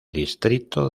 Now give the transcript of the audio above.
distrito